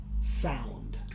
sound